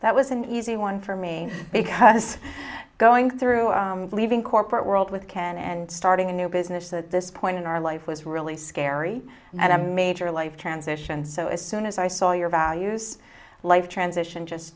that was an easy one for me because going through leaving corporate world with ken and starting a new business that this point in our life was really scary and a major life transition so as soon as i saw your values life transition just